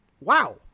wow